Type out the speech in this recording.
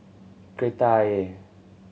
Kreta Ayer